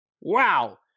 Wow